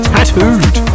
Tattooed